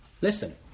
listen